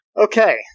Okay